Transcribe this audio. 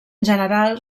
general